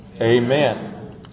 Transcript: Amen